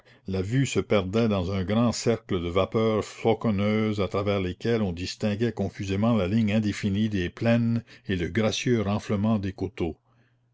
la vue se perdait dans un grand cercle de vapeurs floconneuses à travers lesquelles on distinguait confusément la ligne indéfinie des plaines et le gracieux renflement des coteaux